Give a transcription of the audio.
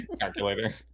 calculator